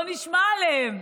לא נשמע עליהם.